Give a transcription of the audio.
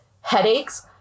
headaches